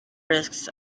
risks